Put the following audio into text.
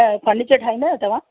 त फर्नीचर ठाहींदा आहियो तव्हां